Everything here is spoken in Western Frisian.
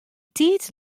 tiid